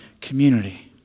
community